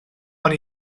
ond